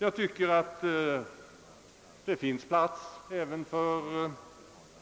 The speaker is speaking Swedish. Jag tycker att det finns plats även för